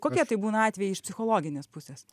kokie tai būna atvejai iš psichologinės pusės